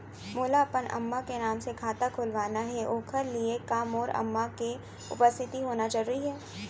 मोला अपन अम्मा के नाम से खाता खोलवाना हे ओखर लिए का मोर अम्मा के उपस्थित होना जरूरी हे?